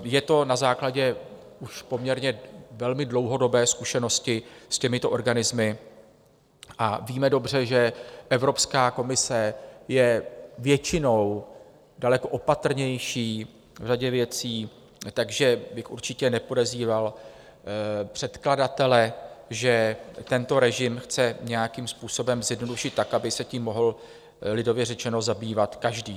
Je to na základě už poměrně velmi dlouhodobé zkušenosti s těmito organismy a víme dobře, že Evropská komise je většinou daleko opatrnější v řadě věcí, takže bych určitě nepodezíral předkladatele, že tento režim chce nějakým způsobem zjednodušit tak, aby se tím mohl lidově řečeno zabývat každý.